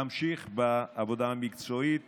נמשיך בעבודה המקצועית